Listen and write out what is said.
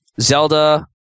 Zelda